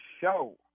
show